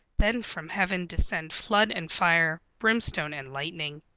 then from heaven descend flood and fire, brimstone and lightning.